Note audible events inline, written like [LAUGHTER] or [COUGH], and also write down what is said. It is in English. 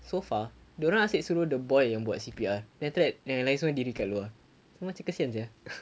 so far dia orang asyik suruh the boy yang buat C_P_R then after that yang lain semua diri kat keluar kesian sia [LAUGHS]